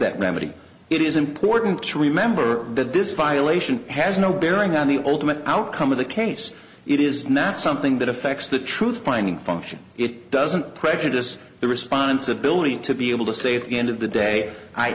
that remedy it is important to remember that this violation has no bearing on the ultimate outcome of the case it is not something that affects the truth finding function it doesn't prejudice the responsibility to be able to say at the end of the day i